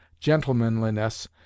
gentlemanliness